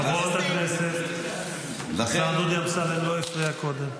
חברות הכנסת, השר דודי אמסלם לא הפריע קודם,